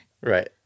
Right